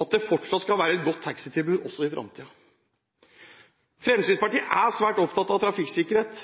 at det fortsatt skal være et godt taxitilbud også i fremtiden. Fremskrittspartiet er svært opptatt av trafikksikkerhet